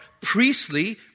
priestly